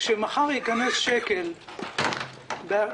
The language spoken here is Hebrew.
שמחר ייכנס שקל ממיסים